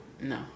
No